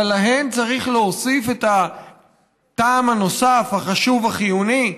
אבל להן צריך להוסיף את הטעם הנוסף החשוב, החיוני,